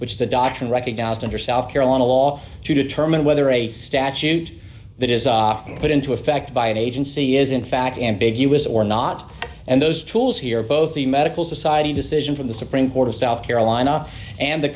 which the doctrine recognized under south carolina law to determine whether a statute that is put into effect by an agency is in fact ambiguous or not and those tools here both the medical society decision from the supreme court of south carolina and the